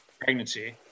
pregnancy